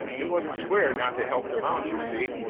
it wasn't square not to help them out, you see.